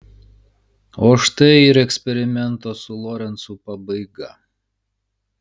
o štai ir eksperimento su lorencu pabaiga